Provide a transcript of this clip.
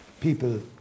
people